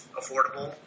affordable